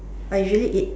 I usually eat